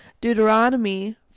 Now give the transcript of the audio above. Deuteronomy